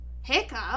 Hiccup